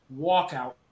walkout